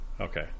Okay